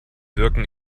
wirken